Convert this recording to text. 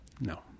No